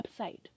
website